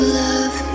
love